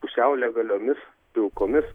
pusiau legaliomis pilkomis